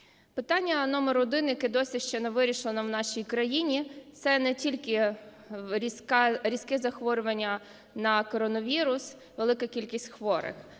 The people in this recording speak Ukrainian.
Питання номер один, яке досі ще не вирішено в нашій країні, це не тільки різке захворювання на коронавірус, велика кількість хворих.